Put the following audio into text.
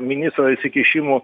ministro įsikišimo